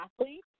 athletes